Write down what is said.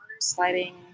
sliding